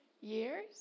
years